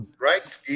right